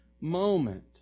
moment